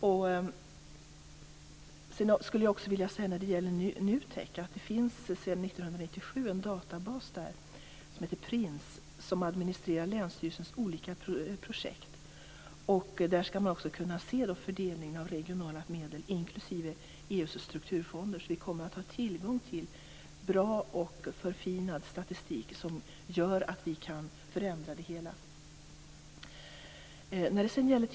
Jag vill beträffande NUTEK säga att det där sedan 1997 finns en databas, som heter STINS och som administrerar länsstyrelsernas olika projekt. Man skall där kunna se fördelningen av regionala medel, inklusive EU:s strukturfonder. Vi kommer alltså att ha tillgång till bra och förfinad statistik, som ger oss möjligheter till förändringar.